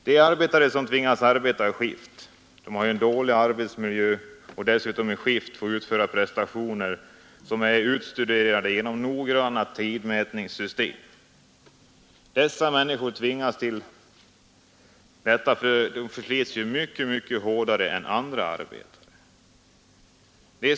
De arbetare som tvingas arbeta i skift, som har en dålig arbetsmiljö och dessutom utför prestationer som är utstuderade genom noggranna tidmätningssystem förslits mycket hårdare än andra arbetare.